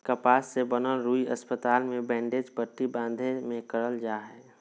कपास से बनल रुई अस्पताल मे बैंडेज पट्टी बाँधे मे करल जा हय